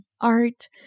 art